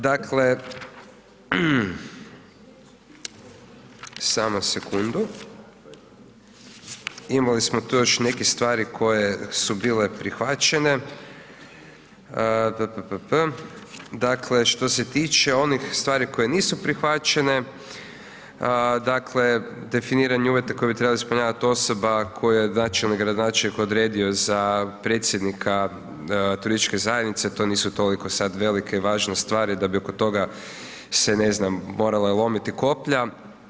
Dakle samo sekundu, imali smo tu još nekih stvari koje su bile prihvaćene, dakle što se tiče onih stvari koje nisu prihvaćenje, dakle definiranje uvjeta koje bi trebala ispunjavati osoba koju je načelnik, gradonačelnik odredio za predsjednika turističke zajednice, to nisu toliko sad velike i važne stvari da bi oko toga se ne znam morala lomiti koplja.